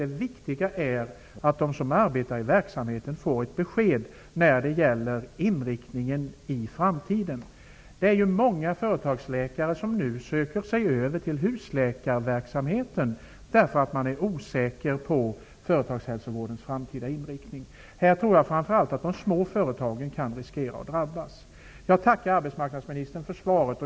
Det viktiga är att de som arbetar i verksamheten får ett besked när det gäller inriktningen i framtiden. Många företagsläkare söker sig nu över till husläkarverksamhet, därför att de är osäkra på företagshälsovårdens framtida inriktning. Här tror jag att framför allt de små företagen kan riskera att drabbas. Jag tackar arbetsmarknadsministern för svaret.